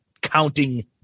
counting